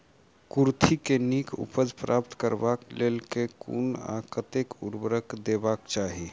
कुर्थी केँ नीक उपज प्राप्त करबाक लेल केँ कुन आ कतेक उर्वरक देबाक चाहि?